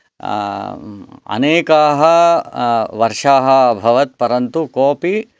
अनेकाः वर्षाः अभवन् परन्तु कोऽपि